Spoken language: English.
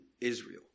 Israel